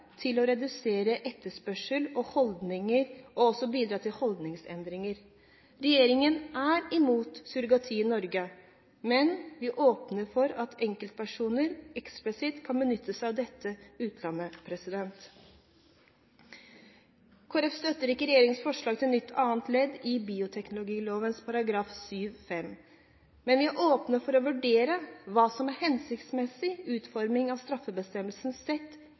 til å redusere etterspørsel og også bidra til holdningsendringer. Regjeringen er imot surrogati i Norge, men vil åpne for at enkeltpersoner eksplisitt kan benytte seg av dette i utlandet. Kristelig Folkeparti støtter ikke regjeringens forslag til nytt andre ledd i bioteknologiloven § 7-5. Men vi er åpne for å vurdere hva som er en hensiktsmessig utforming av straffebestemmelsen